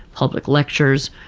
public lectures,